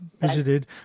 visited